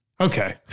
Okay